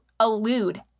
elude